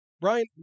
Brian